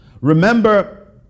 Remember